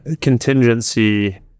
contingency